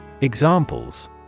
Examples